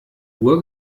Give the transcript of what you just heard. uhr